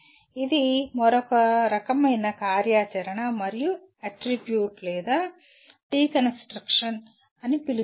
ఇది మరొక రకమైన కార్యాచరణ మరియు అట్రిబ్యూట్ లేదా డీకన్స్ట్రక్ట్ అని పిలుస్తారు